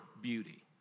beauty